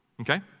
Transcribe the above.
okay